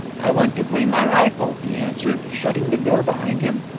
i went to clean my rifle he answered, shutting the door behind him.